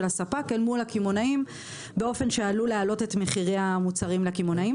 הספק אל מול הקמעונאים באופן שעלול להעלות את מחירי המוצרים לקמעונאים.